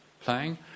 playing